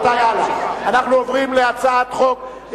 אנחנו עוברים להצעת חוק,